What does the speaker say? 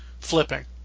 flipping